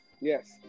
yes